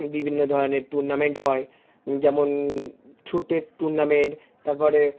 বিভিন্ন ধরনের টুর্নামেন্ট হয় যেমন ছুটের টুর্নামেন্ট তারপরে